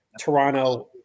Toronto